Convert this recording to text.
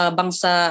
bangsa